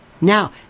now